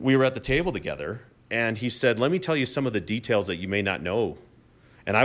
we were at the table together and he said let me tell you some of the details that you may not know and i